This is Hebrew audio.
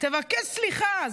תבקש סליחה.